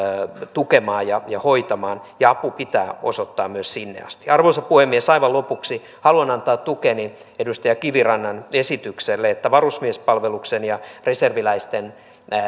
tukemaan ja hoitamaan ja apu pitää osoittaa myös sinne asti arvoisa puhemies aivan lopuksi haluan antaa tukeni edustaja kivirannan esitykselle että varusmiespalveluksen ja reserviläisten